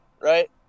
right